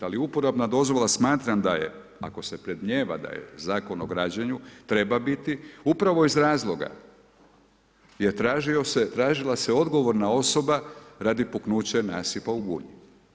Ali uporabna dozvola smatram da je, ako se predmnijeva da je Zakon o građenju, treba biti, upravo iz razloga tražila se odgovorna osoba radi puknuća nasipa u Gunji.